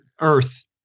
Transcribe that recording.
Earth